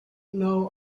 know